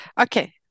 Okay